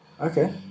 Okay